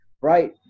Right